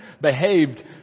behaved